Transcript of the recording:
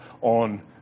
on